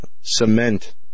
cement